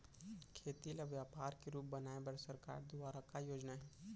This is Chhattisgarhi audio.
खेती ल व्यापार के रूप बनाये बर सरकार दुवारा का का योजना हे?